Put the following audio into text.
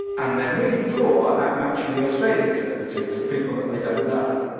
and they're really poor at matching the australian celebrities, the people that they don't know.